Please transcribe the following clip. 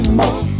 more